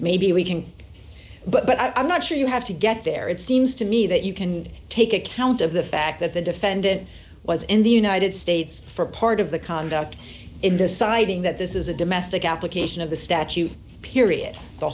maybe we can but i'm not sure you have to get there it seems to me that you can take account of the fact that the defendant was in the united states for part of the conduct in deciding that this is a domestic application of the statute period the